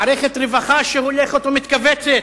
מערכת רווחה שהולכת ומתכווצת,